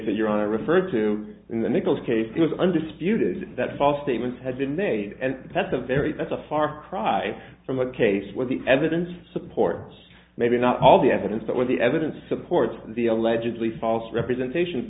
in your honor referred to in the nichols case it was undisputed that false statements had been made and that's a very that's a far cry from a case where the evidence supports maybe not all the evidence that where the evidence supports the allegedly false representation